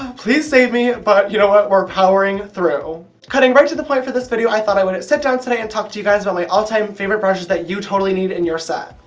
please save me, but you know what, we're powering through. cutting right to the point for this video, i thought i would sit down today and talk to you guys about my all time favourite brushes that you totally need in your set.